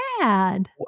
bad